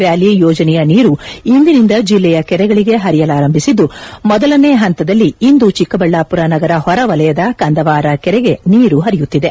valley ಯೋಜನೆಯ ನೀರು ಇಂದಿನಿಂದ ಜಿಲ್ಲೆಯ ಕೆರೆಗಳಿಗೆ ಹರಿಯಲಾರಂಭಿಸಿದ್ದು ಮೊದಲನೆ ಹಂತದಲ್ಲಿ ಇಂದು ಚಿಕ್ಕಬಳ್ಳಾಪುರ ನಗರ ಹೊರವಲಯದ ಕಂದವಾರ ಕೆರೆಗೆ ನೀರು ಹರಿಯುತ್ತಿದೆ